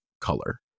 color